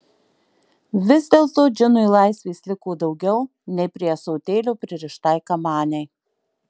vis dėlto džinui laisvės liko daugiau nei prie ąsotėlio pririštai kamanei